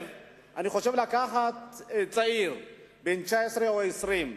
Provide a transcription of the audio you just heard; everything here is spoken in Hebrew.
לקחת צעיר בן 19 או 20,